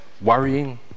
worrying